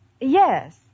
Yes